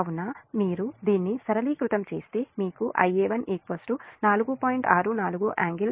కాబట్టి మీరు దీన్ని సరళీకృతం చేస్తే మీకు Ia1 4